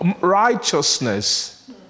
righteousness